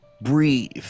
breathe